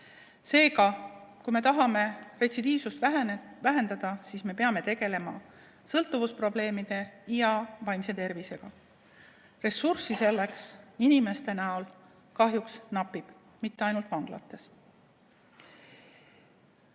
Seega, kui me tahame retsidiivsust vähendada, siis me peame tegelema sõltuvusprobleemide ja vaimse tervisega. Ressurssi selleks inimeste näol kahjuks napib, ja mitte ainult vanglates.